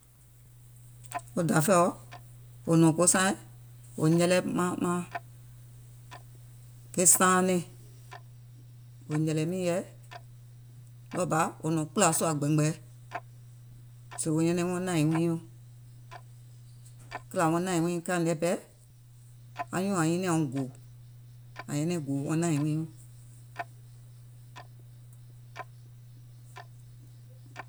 Wo dafɛ̀ɛ̀ɔ, wò nɔ̀ŋ ko saaìŋ, wò nyɛlɛ maŋ, maŋ, ke saauŋ nɛɛ̀ŋ. Wò nyɛ̀lɛ̀ miìŋ yɛi, ɗɔɔ bà wò nɔ̀ɔ̀ŋ kpùlà sùà gbɛ̀mgbɛ̀ɛ, sèè wò nyɛnɛŋ wɔŋ nàìŋ wiiŋ nyɔŋ, kìlà wɔŋ nàìŋ wiiŋ kàìŋ nɛ pɛɛ, anyùùŋ nyinìàŋ wuŋ gòò, àŋ nyɛnɛŋ gòò wɔŋ nàìŋ wiiŋ nyɔŋ.